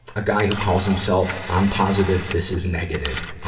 a guy who calls himself i'm positive this is negative.